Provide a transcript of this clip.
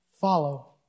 Follow